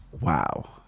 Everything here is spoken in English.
wow